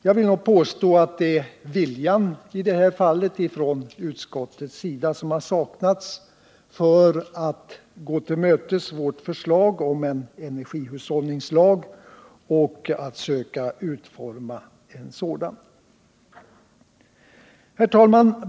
Jag vill påstå att det i detta fall är viljan som har saknats från utskottets sida att tillmötesgå vårt förslag om energihushållningslag och att söka utforma en sådan. Herr talman!